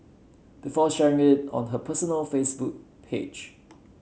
before sharing it on her personal Facebook page